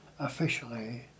Officially